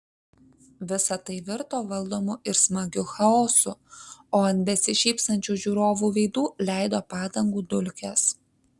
visa tai virto valdomu ir smagiu chaosu o ant besišypsančių žiūrovų veidų leido padangų dulkes